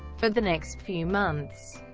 for the next few months,